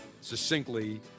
succinctly